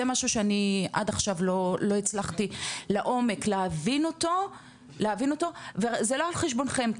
זה משהו שאני עד עכשיו לא הצלחתי לעומק להבין אותו וזה לא על חשבונכם,